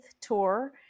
tour